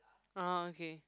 ah okay